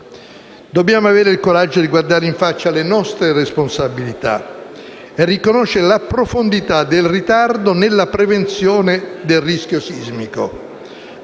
Dobbiamo avere il coraggio di guardare in faccia le nostre responsabilità e riconoscere la profondità del ritardo nella prevenzione del rischio sismico.